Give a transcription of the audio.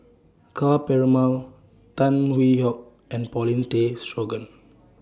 Ka Perumal Tan Hwee Hock and Paulin Tay Straughan